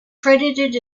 credited